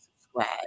subscribe